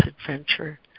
adventure